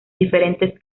diferentes